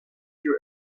you